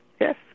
yes